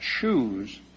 choose